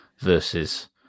versus